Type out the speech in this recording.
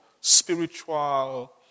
spiritual